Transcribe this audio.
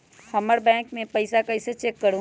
हमर बैंक में पईसा कईसे चेक करु?